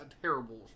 terrible